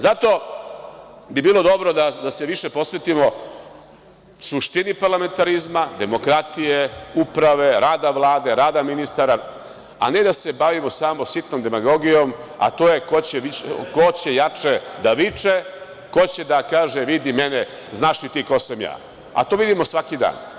Zato bi bilo dobro da se više posvetimo suštini parlamentarizma, demokratije, uprave, rada Vlade, rada ministara, a ne da se bavimo samo sitnom demagogijom, a to je ko će jače da viče, ko će da kaže – vidi mene, znaš li ti ko sam ja, a to vidimo svaki dan.